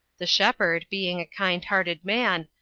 the shepherd, being a kind-hearted man,